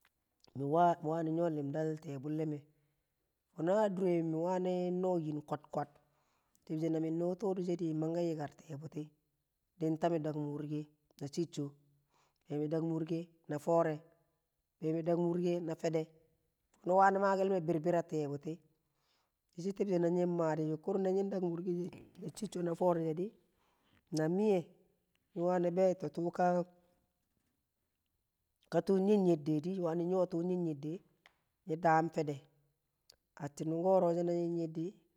Mi wani nyo limdal tee̱ bulle̱ me̱ fono a dure mi wani noo yin kwat kwat nag toodo she di mangke yikar tee buti, din ta mi dakum wurke na cicco, be mi dakum wurke na fore be mi dakum wurke na fede wani makel me birbir a tee buti dishi tibshe na nying maa di nying kurashi na nying dakum na cicco na fore di nyi wani beeto tuu ka tuu nyed nyed di mi wani nyo tuu daam fede atin wukoro na nyin nhedde di